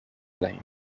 دهیم